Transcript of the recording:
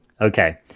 Okay